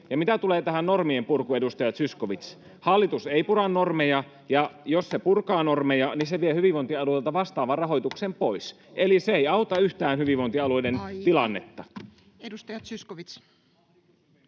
Ja mitä tulee tähän normien purkuun, edustaja Zyskowicz: Hallitus ei pura normeja, ja jos se purkaa normeja, niin se vie hyvinvointialueilta vastaavan rahoituksen pois. [Ben Zyskowicz: Totta!] Eli se ei auta yhtään hyvinvointialueiden [Puhemies: Aika!] tilannetta. Edustaja Zyskowicz.